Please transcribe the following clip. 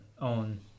on